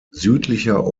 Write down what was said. südlicher